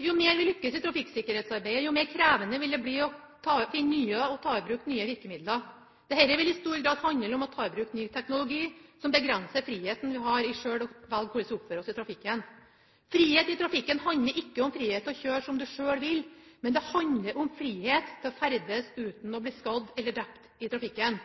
Jo mer vi lykkes i trafikksikkerhetsarbeidet, jo mer krevende vil det bli å finne og ta i bruk nye virkemidler. Dette vil i stor grad handle om å ta i bruk ny teknologi som begrenser friheten vi har til selv å velge hvordan vi oppfører oss i trafikken. Frihet i trafikken handler ikke om frihet til å kjøre som du selv vil, men det handler om frihet til å ferdes uten å bli skadd eller drept i trafikken.